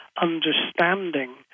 understanding